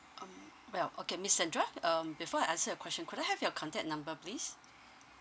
oh well okay miss andra um before I answer your question could I have your contact number please